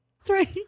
Three